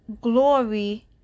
glory